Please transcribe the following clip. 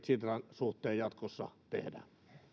sitran suhteen jatkossa